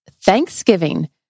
Thanksgiving